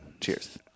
Cheers